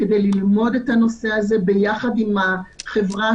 כדי ללמוד את הנושא הזה ביחד עם החברה